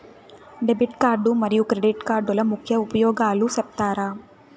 Debit card మరియు credit కార్డుల ముఖ్య ఉపయోగాలు సెప్తారా?